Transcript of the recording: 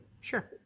Sure